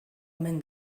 omen